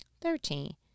Thirteen